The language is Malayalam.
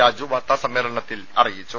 രാജു വാർത്താസമ്മേളനത്തിൽ അറിയിച്ചു